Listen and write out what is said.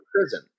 prison